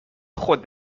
خود